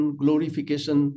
glorification